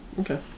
okay